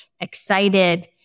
excited